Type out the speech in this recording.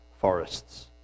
forests